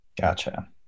Gotcha